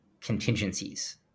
contingencies